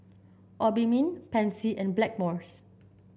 Obimin Pansy and Blackmores